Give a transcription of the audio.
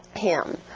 him.